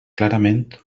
clarament